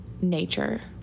nature